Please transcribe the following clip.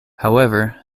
however